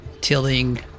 tilling